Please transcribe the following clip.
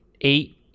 eight